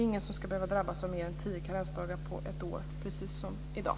Ingen ska behöva drabbas av mer än tio karensdagar på ett år - alltså precis som i dag.